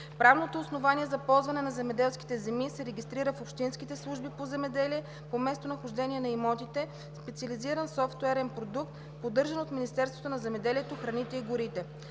Правното основание за ползване на земеделските земи се регистрира в общинските служби по земеделие по местонахождение на имотите, в специализиран софтуерен продукт, поддържан от Министерството на земеделието, храните и горите.